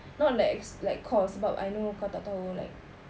not like ex~ like course sebab I know kau tak tahu like